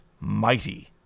mighty